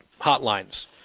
hotlines